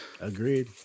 Agreed